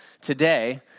today